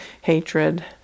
hatred